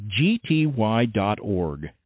gty.org